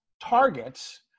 targets